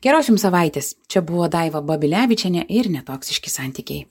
geros jum savaitės čia buvo daiv babilevičienė ir netoksiški santykiai